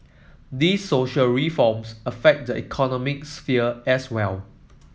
the social reforms affect the economic sphere as well